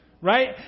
Right